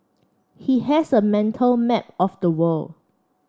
he has a mental map of the world